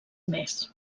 més